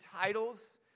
titles